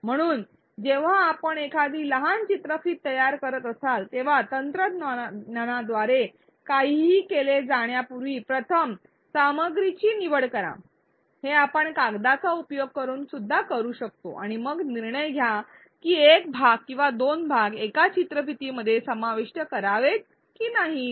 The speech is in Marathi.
म्हणून जेव्हा आपण एखादा लहान चित्रफित तयार करत असाल तेव्हा तंत्रज्ञानाद्वारे काहीही केले जाण्यापूर्वी प्रथम सामग्रीची निवड करा हे आपण कागदाचा उपयोग करून सुद्धा करू शकतो आणि मग निर्णय घ्या की एक भाग किंवा दोन भाग एकाच चित्रफितीमध्ये समाविष्ट करावेत की नाहीत